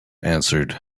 answered